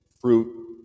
fruit